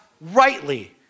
rightly